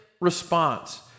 response